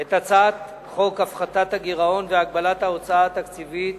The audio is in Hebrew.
את הצעת חוק הפחתת הגירעון והגבלת ההוצאה התקציבית